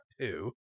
two